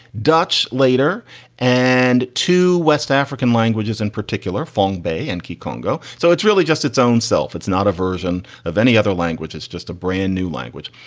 dutch later and two west african languages in particular phong, bay and congo. so it's really just its own self. it's not a version of any other language. it's just a brand new language.